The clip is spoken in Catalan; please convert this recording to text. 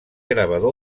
gravador